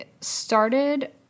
started